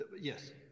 Yes